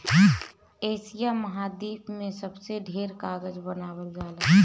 Asia महाद्वीप में सबसे ढेर कागज बनावल जाला